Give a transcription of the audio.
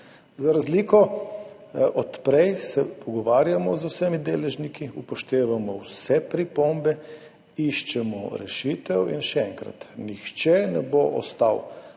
Za razliko od prej se pogovarjamo z vsemi deležniki, upoštevamo vse pripombe, iščemo rešitev. Še enkrat, nihče ne bo ostal